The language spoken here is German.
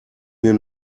mir